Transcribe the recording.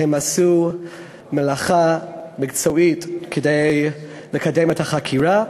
הם עשו מלאכה מקצועית כדי לקדם את החקירה,